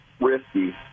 Risky